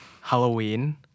Halloween